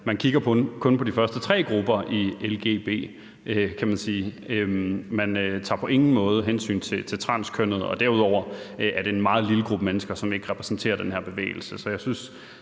man kigger kun på de første tre grupper i lgbt, kan man sige. Man tager på ingen måde hensyn til transkønnede, og derudover er det en meget lille gruppe mennesker, som ikke repræsenterer den her bevægelse.